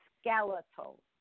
skeletal